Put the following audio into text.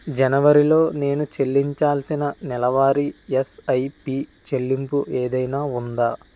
జనవరిలో నేను చెల్లించాల్సిన నెలవారీ ఎస్ఐపీ చెల్లింపు ఏదైనా ఉందా